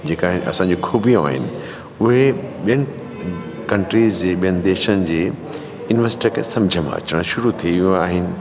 जेका असांजी ख़ूबियूं आहिनि उहे ॿियनि कंट्रीज़ जी ॿियनि देशनि जी इन्वेस्ट खे समुझ मां अचणु शुरु थी विया आहिनि